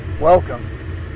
Welcome